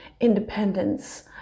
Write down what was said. independence